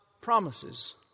promises